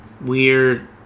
weird